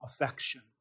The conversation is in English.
affection